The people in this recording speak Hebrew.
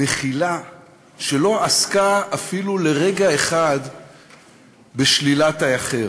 מכילה, שלא עסקה אפילו לרגע אחד בשלילת האחר.